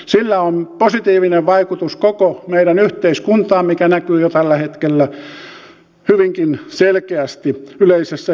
sillä on positiivinen vaikutus koko meidän yhteiskuntaamme mikä näkyy jo tällä hetkellä hyvinkin selkeästi yleisessä ilmapiirissä